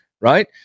right